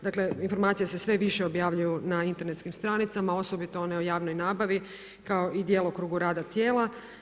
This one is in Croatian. Dakle informacije se sve više objavljuju na internetskim stranicama osobito one o javnoj nabavi kao i djelokrugu rada tijela.